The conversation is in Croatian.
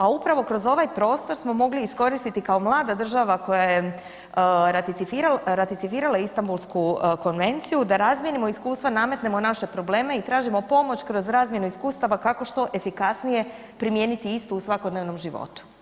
A upravo kroz ovaj prostor smo mogli iskoristiti kao mlada država koja je ratificirala Istambulsku konvenciju da razmijenimo iskustva nametnemo naše probleme i tražimo pomoć kroz razmjenu iskustava kako što efikasnije primijeniti istu u svakodnevnom životu.